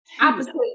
opposite